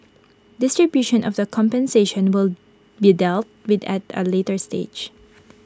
distribution of the compensation will be dealt with at A later stage